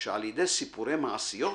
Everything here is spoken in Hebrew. שעל ידי סיפורי מעשיות